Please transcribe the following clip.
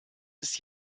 ist